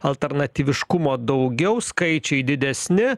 alternatyviškumo daugiau skaičiai didesni